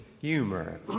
humor